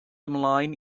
ymlaen